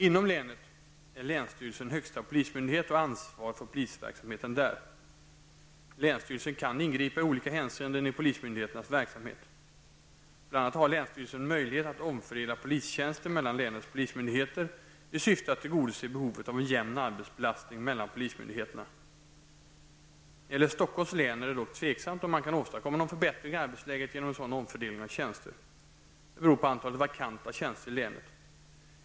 Inom länet är länsstyrelsen högsta polismyndighet och har ansvar för polisverksamheten där. Länsstyrelsen kan ingripa i olika hänseenden i polismyndigheternas verksamhet. Bl.a. har länsstyrelsen möjlighet att omfördela polistjänster mellan länets polismyndigheter i syfte att tillgodose behovet av en jämn arbetsbelastning mellan polismyndigheterna. När det gäller Stockholms län är det dock osäkert om man kan åstadkomma någon förbättring i arbetsläget genom en sådan omfördelning av tjänster. Detta beror på antalet vakanta tjänster i länet.